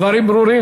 הדברים ברורים.